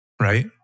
Right